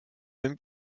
mêmes